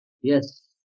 Yes